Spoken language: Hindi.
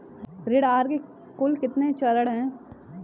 ऋण आहार के कुल कितने चरण हैं?